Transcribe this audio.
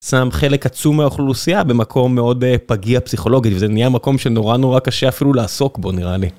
שם חלק עצום מהאוכלוסייה במקום מאוד פגיע פסיכולוגי וזה נהיה מקום שנורא נורא קשה אפילו לעסוק בו נראה לי.